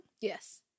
Yes